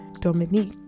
Dominique